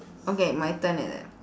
okay my turn is it